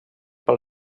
pel